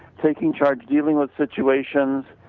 taking charge, dealing with situations.